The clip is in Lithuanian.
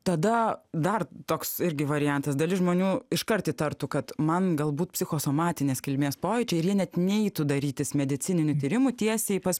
tada dar toks irgi variantas dalis žmonių iškart įtartų kad man galbūt psichosomatinės kilmės pojūčiai ir jie net neitų darytis medicininių tyrimų tiesiai pas